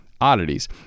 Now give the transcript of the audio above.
oddities